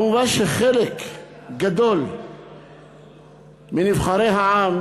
מובן שחלק גדול מנבחרי העם